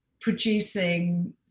producing